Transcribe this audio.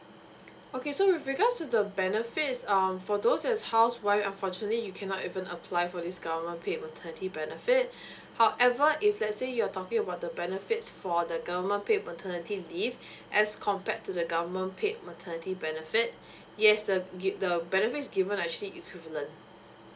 okay so with regard to the benefits um for those as housewife unfortunately you cannot even apply for this government paid maternity benefit however if let's say you're talking about the benefits for the government paid paternity leave as compared to the government paid maternity benefit yes the give the benefits given actually equivalent